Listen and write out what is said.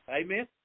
Amen